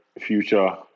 Future